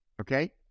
Okay